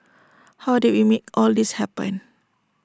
how did we make all this happen